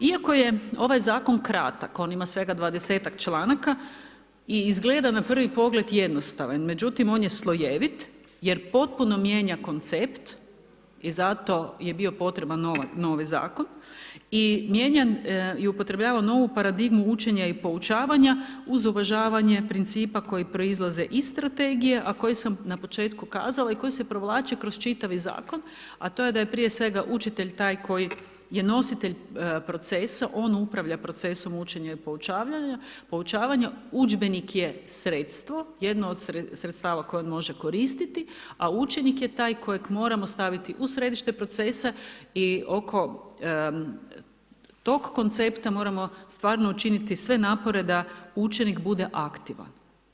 Iako je ovaj Zakon kratak, on ima sve 20-tak članaka, i izgleda na prvi pogled jednostavan, međutim on je slojevit, jer potpuno mijenja koncept i zato je bio potreban novi zakon, i mijenja i upotrebljava novu paradigmu učenja i poučavanja uz uvažavanje principa koji proizlaze iz strategije a koji sam na početku kazala i koji se provlači kroz čitav zakon, a to je da je prije svega učitelj taj koji je nositelj procesa, on upravlja procesom učenja i poučavanja, udžbenik je sredstvo, jedno od sredstava koje on može koristiti, a učenik je tak kojeg moramo staviti u središte procesa i oko tog koncepta moramo stvarno učiniti sve napore da učenik bude aktivan.